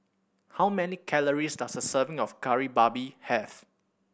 how many calories does a serving of Kari Babi have